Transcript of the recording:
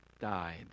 died